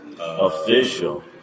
Official